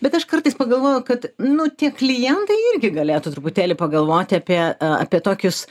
bet aš kartais pagalvoju kad nu tie klientai irgi galėtų truputėlį pagalvoti apie apie tokius